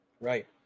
Right